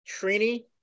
Trini